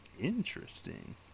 Interesting